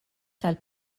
tal